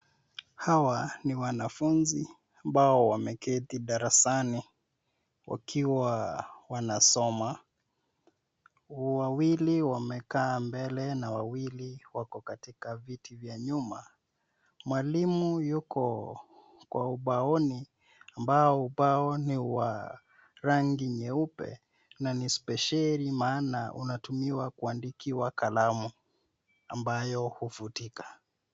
Hawa ni wanafunzi ambao wameketi darasani, wakiwa wanasoma. Wawili wamekaa mbele, na wawili wako katika viti vya nyuma. Mwalimu yuko kwa ubaoni, ambao ubao ni wa rangi nyeupe na ni spesheli maana unatimiwa kwa kuandikiwa kalamu ambayo hufutika.